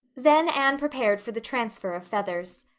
then anne prepared for the transfer of feathers.